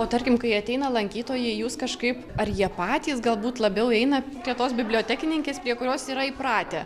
o tarkim kai ateina lankytojai jūs kažkaip ar jie patys galbūt labiau eina prie tos bibliotekininkės prie kurios yra įpratę